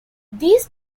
these